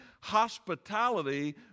hospitality